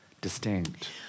distinct